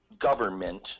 government